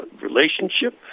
relationship